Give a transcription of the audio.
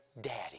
Daddy